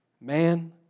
man